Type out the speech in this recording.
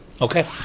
Okay